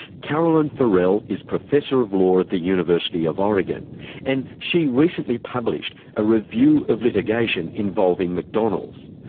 caroline forell is professor of law at the university of oregon and she recently published a review of litigation involving mcdonald's.